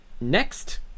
next